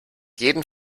jeden